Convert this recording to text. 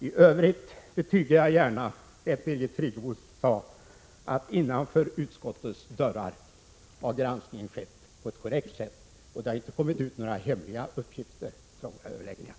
I övrigt betygar jag gärna vad Birgit Friggebo sade om att granskningen innanför utskottets dörrar har skett på ett korrekt sätt och att det inte har kommit ut några hemliga uppgifter från överläggningarna.